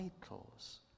titles